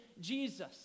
Jesus